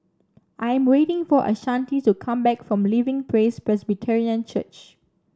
I am waiting for Ashanti to come back from Living Praise Presbyterian Church